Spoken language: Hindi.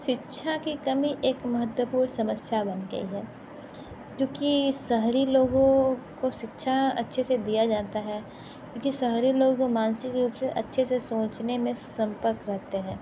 शिक्षा की कमी एक महत्वपूर्ण समस्या बन गई है क्योंकि शहरी लोगों को शिक्षा अच्छे से दिया जाता है क्योंकि शहरी लोगों के मानसिक रूप से अच्छे से सोचने में संपर्क रहता है